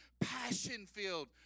passion-filled